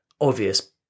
obvious